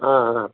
ஆ ஆ